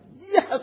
yes